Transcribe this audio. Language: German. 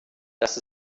dass